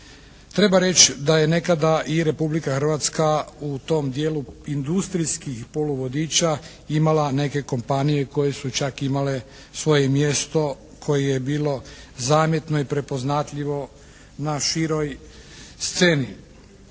Treba reći da je nekada i Republika Hrvatska u tom dijelu industrijskih poluvodiča imala neke kompanije koje su čak imale i svoje mjesto koje je bilo zamjetno i prepoznatljivo na široj sceni.